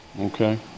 Okay